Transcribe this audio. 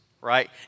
right